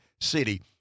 City